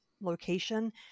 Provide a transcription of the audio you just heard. location